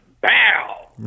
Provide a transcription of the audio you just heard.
Bow